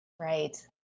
Right